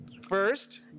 first